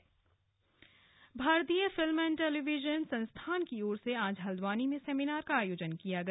seminar भारतीय film एवं television संस्थान की ओर से आज हल्द्वानी में सेमिनार का आयोजन किया गया